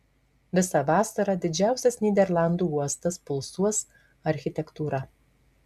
visą vasarą didžiausias nyderlandų uostas pulsuos architektūra